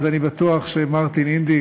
אני בטוח שמרטין אינדיק,